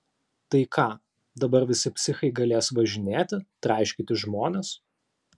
tai ką dabar visi psichai galės važinėti traiškyti žmones